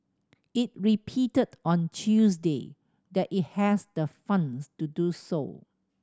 it repeated on Tuesday that it has the funds to do so